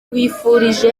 twifurije